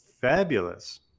fabulous